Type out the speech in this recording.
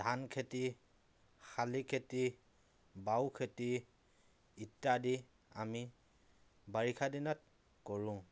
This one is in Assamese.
ধান খেতি শালি খেতি বাও খেতি ইত্য়াদি আমি বাৰিষা দিনত কৰোঁ